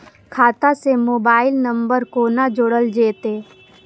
खाता से mobile number कोना जोरल जेते?